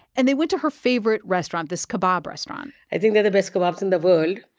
and they went to her favorite restaurant, this kebab restaurant i think they're the best kababs in the world.